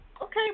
Okay